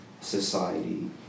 society